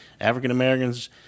African-Americans